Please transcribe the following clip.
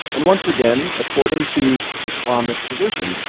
and once again, according to islamic tradition,